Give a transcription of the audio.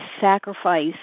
sacrifice